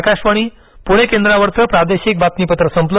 आकाशवाणी पुणे केंद्रावरचं प्रादेशिक बातमीपत्र संपलं